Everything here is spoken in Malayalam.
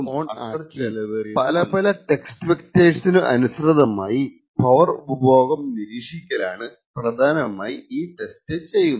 ചിപ്പ് പവർ ഓൺ ആക്കി പല പല ടെസ്റ്റ് വെക്ടർസിനു അനുസൃതമായി പവർ ഉപഭോഗം നിരീക്ഷിക്കലാണ് പ്രധാനമായി ഈ ടെസ്റ്റ് ചെയ്യുന്നത്